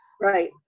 Right